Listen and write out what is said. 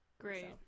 Great